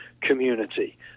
community